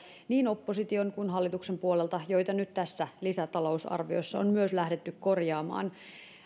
niin opposition kuin hallituksen puolelta joita nyt tässä lisätalousarviossa on myös lähdetty korjaamaan